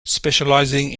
specialising